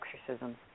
exorcism